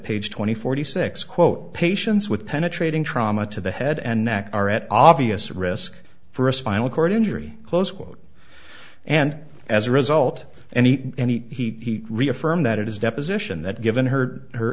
page twenty forty six quote patients with penetrating trauma to the head and neck are at obvious risk for a spinal cord injury close quote and as a result any and he reaffirmed that it is deposition that given her her